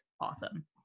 awesome